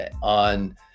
on